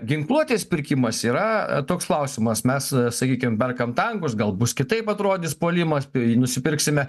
ginkluotės pirkimas yra toks klausimas mes sakykim perkam tankus gal bus kitaip atrodys puolimas nusipirksime